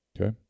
okay